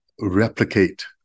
replicate